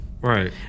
Right